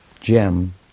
gem